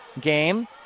game